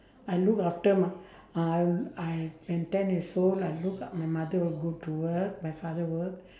I look after my uh I'll when ten years old I look up my mother will go to work my father work